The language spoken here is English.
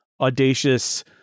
audacious